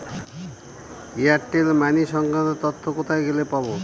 Airtel money সংক্রান্ত তথ্য কোথায় গেলে পাব?